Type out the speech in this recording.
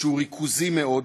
שהוא ריכוזי מאוד,